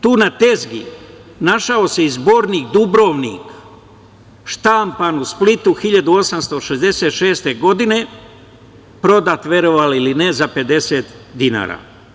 Tu na tezgi našao se i Zbornik „Dubrovnik“, štampan u Splitu 1866. godine, prodat verovali ili ne, za 50 dinara.